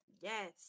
yes